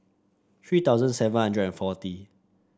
three thousand seven hundred and forty